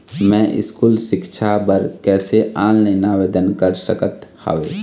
मैं स्कूल सिक्छा बर कैसे ऑनलाइन आवेदन कर सकत हावे?